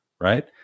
right